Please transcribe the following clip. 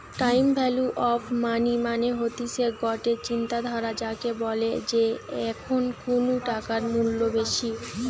time value of money মানে হতিছে গটে চিন্তাধারা যাকে বলে যে এখন কুনু টাকার মূল্য বেশি